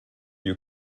you